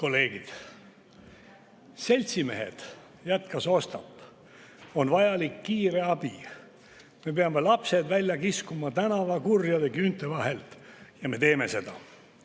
Kolleegid! ""Seltsimehed!" jätkas Ostap. "On vajalik kiire abi. Me peame lapsed välja kiskuma tänava kurjade küünte vahelt, ja me teeme seda.